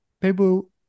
people